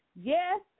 Yes